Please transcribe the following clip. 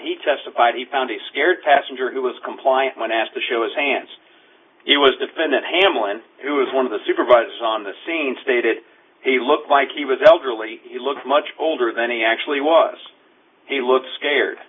he testified he found a scared passenger who was compliant when asked to show his hands it was defendant hamlin who is one of the supervisors on the scene stated he looked like he was elderly he looked much older than he actually was he looked scared